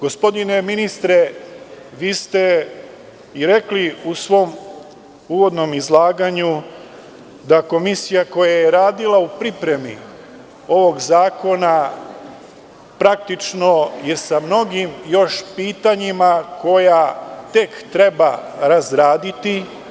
Gospodine ministre, vi ste rekli u svom uvodnom izlaganju da Komisija koja je radila u pripremi ovog zakona praktično je sa mnogim još pitanjima koja tek treba razraditi.